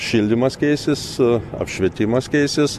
šildymas keisis apšvietimas keisis